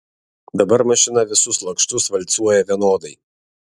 dabar mašina visus lakštus valcuoja vienodai